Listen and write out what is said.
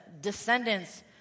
descendants